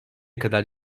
kadar